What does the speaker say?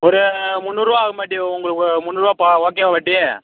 ஒரு முந்நூறுபா ஆகும் பாட்டி உங்கள் முந்நூறுபா ப ஓகேவா பாட்டி